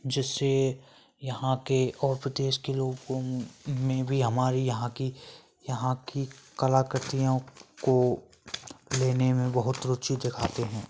जिससे यहाँ के और प्रदेश के लोगों में भी हमारी यहाँ की यहाँ की कलाकृतियाँ को लेने में बहुत रुचि दिखाते हैं